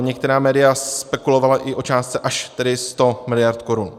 Některá média spekulovala i o částce až tedy 100 mld. korun.